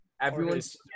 everyone's